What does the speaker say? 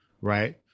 right